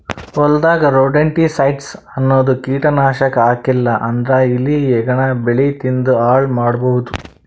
ಹೊಲದಾಗ್ ರೊಡೆಂಟಿಸೈಡ್ಸ್ ಅನ್ನದ್ ಕೀಟನಾಶಕ್ ಹಾಕ್ಲಿಲ್ಲಾ ಅಂದ್ರ ಇಲಿ ಹೆಗ್ಗಣ ಬೆಳಿ ತಿಂದ್ ಹಾಳ್ ಮಾಡಬಹುದ್